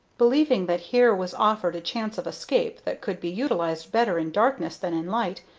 believing that here was offered a chance of escape that could be utilized better in darkness than in light,